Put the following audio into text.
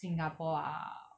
singapore are